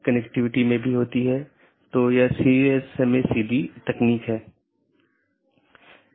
यह विज्ञापन द्वारा किया जाता है या EBGP वेपर को भेजने के लिए राउटिंग विज्ञापन बनाने में करता है